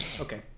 Okay